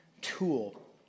tool